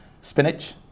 spinach